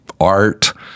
art